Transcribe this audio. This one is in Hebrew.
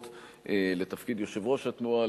לתפקיד יושב-ראש התנועה,